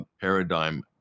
paradigm